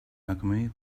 alchemy